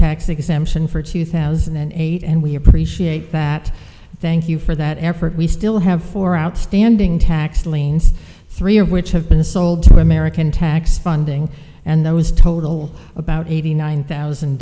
tax exemption for two thousand and eight and we appreciate that thank you for that effort we still have four outstanding tax liens three year which have been sold to american tax funding and those total about eighty nine thousand